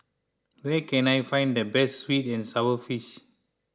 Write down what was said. where can I find the best Sweet and Sour Fish